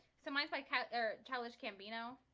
so my cat their childish gambino